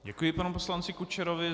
Děkuji panu poslanci Kučerovi.